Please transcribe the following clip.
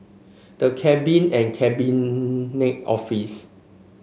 the Cabin and Cabinet Office